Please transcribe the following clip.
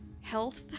health